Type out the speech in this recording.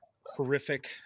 horrific